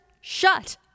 shut